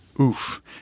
Oof